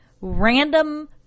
random